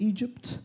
Egypt